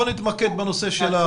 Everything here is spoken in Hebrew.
בוא נתמקד בנושא.